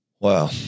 Wow